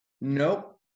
Nope